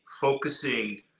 focusing